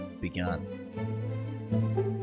began